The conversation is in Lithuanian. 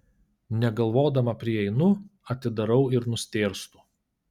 negalvodama prieinu atidarau ir nustėrstu